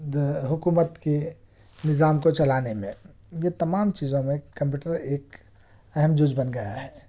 حکومت کے نظام کو چلانے میں یہ تمام چیزوں میں کمپیوٹر ایک اہم جزو بن گیا ہے